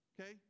Okay